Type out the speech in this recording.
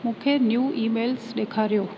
मूंखे नयूं emails ॾेखारियो